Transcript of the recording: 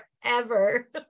forever